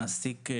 המעסיק,